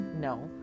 No